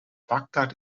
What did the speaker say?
bagdad